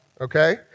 okay